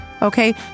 Okay